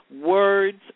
Words